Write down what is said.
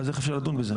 אז איך אפשר לדון בזה?